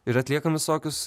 ir atliekam visokius